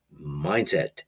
mindset